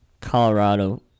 Colorado